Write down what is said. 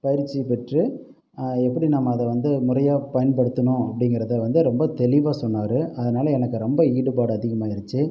பயிற்சி பெற்று எப்படி நம்ம அதை வந்து முறையாக பயன்படுத்தணும் அப்படிங்கறத வந்து ரொம்ப தெளிவாக சொன்னாரு அதனால எனக்கு ரொம்ப ஈடுபாடு அதிகமாயிருச்சு